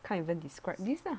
can't even describe this ah